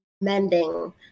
mending